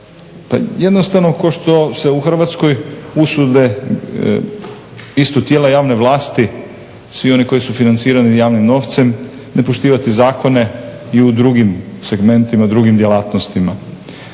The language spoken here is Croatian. jednostavno kao što se u Hrvatskoj usude isto tijela javne vlasti, svi oni koji su financirani javnim novcem ne poštivati zakone i u drugim segmentima, drugim djelatnostima